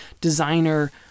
designer